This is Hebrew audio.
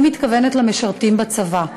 אני מתכוונת למשרתים בצבא,